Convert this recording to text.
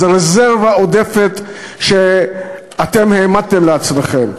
זה רזרבה עודפת שאתם העמדתם לעצמכם.